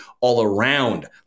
all-around